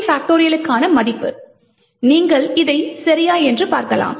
க்கான மதிப்பு நீங்கள் சரியா என்று பார்க்கலாம்